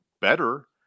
better